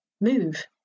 move